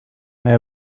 may